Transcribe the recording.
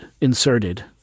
inserted